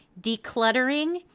decluttering